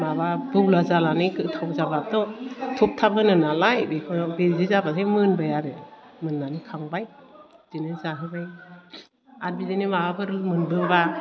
माबा बौला जानानै गोथाव जाबाथ' थुब थाब होनो नालाय बेखौनो बिदि जाबाथाय मोनबाय आरो मोननानै खांबाय बिदिनो जाहोबाय आर बिदिनो माबाफोर मोनबोबा